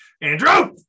Andrew